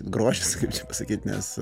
grožis kaip pasakyt nes